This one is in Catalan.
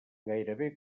gairebé